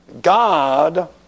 God